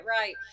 Right